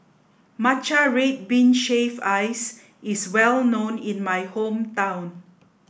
Matcha Red Bean Shaved Ice is well known in my hometown